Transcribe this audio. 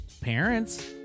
parents